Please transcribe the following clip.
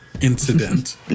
incident